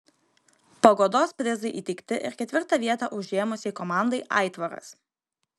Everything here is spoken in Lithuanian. paguodos prizai įteikti ir ketvirtą vietą užėmusiai komandai aitvaras